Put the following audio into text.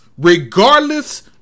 Regardless